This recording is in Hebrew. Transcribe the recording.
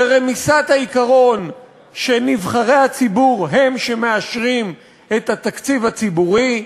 ברמיסת העיקרון שנבחרי הציבור הם שמאשרים את התקציב הציבורי,